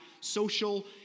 social